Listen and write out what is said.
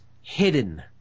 hidden